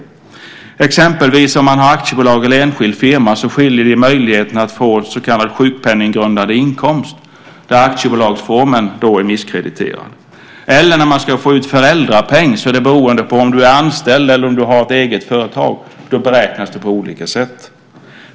Ett exempel är att om man har aktiebolag eller enskild firma skiljer det i möjligheterna att få så kallad sjukpenninggrundande inkomst. Där är aktiebolagsformen misskrediterad. Ett annat exempel är när man ska få ut föräldrapenning. Den beror på om du har anställda eller om du har ett eget företag, eftersom föräldrapenningen beräknas på olika sätt.